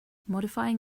modifying